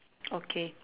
okay